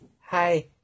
hi